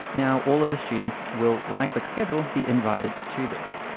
now all of the students will when i click schedule, be invited to this.